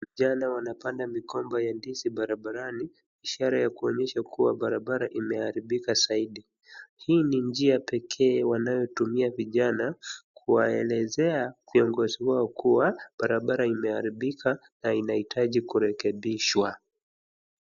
Vijana wanapanda migomba ya ndizi barabarani, ishara ya kuonyesha kuwa barabara imeharibika zaidi. Hii ni njia pekee wanayotumia vijana kuwaelezea viongozi wao kuwa barabara imeharibika na inahitaji kurekebishwa.